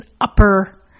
upper